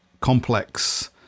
complex